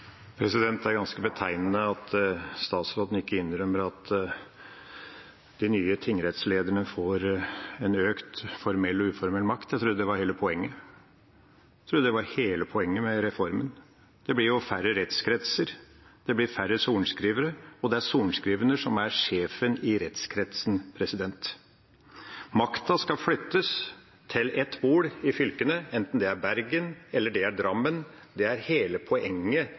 Det er ganske betegnende at statsråden ikke innrømmer at de nye tingrettslederne får en økt formell og uformell makt. Jeg trodde det var hele poenget – jeg trodde det var hele poenget med reformen. Det blir jo færre rettskretser, det blir færre sorenskrivere, og det er sorenskriveren som er sjefen i rettskretsen. Makten skal flyttes til ett bord i fylkene, enten det er Bergen eller Drammen, det er hele poenget